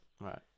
right